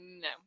no